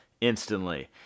instantly